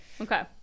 okay